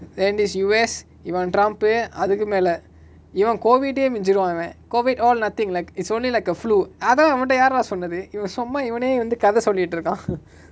then this U_S even trump uh அதுக்கு மேல இவன்:athuku mela ivan COVID ah யே மிஞ்சிருவா இவ:ye minjiruvaa iva COVID all nothing like it's only like a flu அதா அவன்ட யார்டா சொன்னது இவ சும்மா இவனே வந்து கத சொல்லிட்டு இருக்கா:atha avanta yaardaa sonnathu iva summa ivane vanthu katha sollitu iruka